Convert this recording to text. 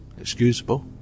excusable